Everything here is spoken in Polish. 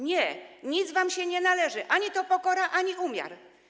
Nie, nic wam się nie należy - ani to pokora, ani umiar.